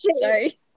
Sorry